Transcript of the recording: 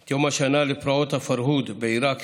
היום את יום השנה לפרעות הפרהוד בעיראק,